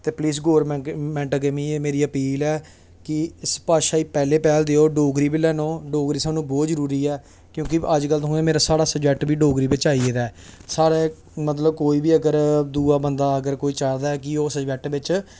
please government अग्गें मेरी appeal ऐ कि इस भाशा गी पैह्ले पैह्ल देओ डोगरी बी लैना अ'ऊं डोगरी सानूं बहोत जरूरी ऐ क्योंकि अज्ज कल तुसें मेरा साढ़ा सब्जेक्ट बी डोगरी बिच आई गेदा ऐ साढ़ा मतलब कोई बी अगर दूआ बंदा अगर कोई चाह् दा ऐ कि ओह् सब्जेक्ट बिच